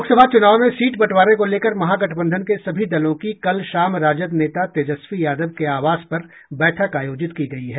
लोकसभा चुनाव में सीट बंटवारे को लेकर महागठबंधन के सभी दलों की कल शाम राजद नेता तेजस्वी यादव के आवास पर बैठक आयोजित की गई है